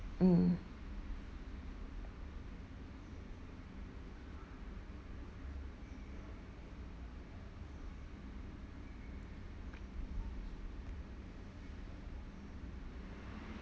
mm